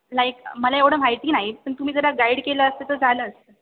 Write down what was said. like मला एवढं माहिती नाही पण तुम्ही जरा गाईड केलं असतं तर झालं असतं